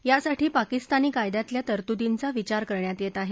यासाठी पाकिस्तानी कायद्यातल्या तरतूदींची विचार करण्यात येत आहे